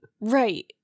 Right